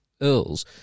Earls